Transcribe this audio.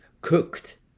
cooked